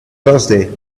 thursday